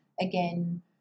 Again